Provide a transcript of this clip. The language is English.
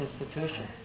institution